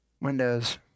Windows